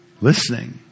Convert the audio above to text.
Listening